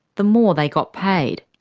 the more they got paid.